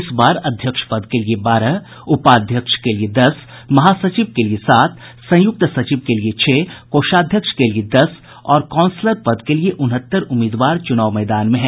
इस बार अध्यक्ष पद के लिये बारह उपाध्यक्ष के लिये दस महासचिव के लिये सात संयुक्त सचिव के लिये छह कोषाध्यक्ष के लिये दस और काउंसलर पद के लिये उनहत्तर उम्मीदवार चुनाव मैदान में हैं